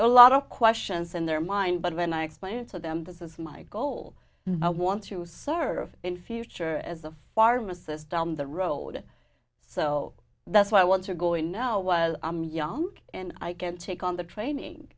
a lot of questions in their mind but when i explain to them this is my goal i want to serve in future as a pharmacist down the road so that's why i want to go in now while i'm young and i can take on the training